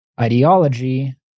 ideology